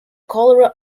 cholera